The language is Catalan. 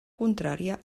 contrària